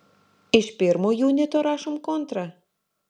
iš pirmo junito rašom kontrą